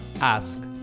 Ask